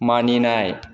मानिनाय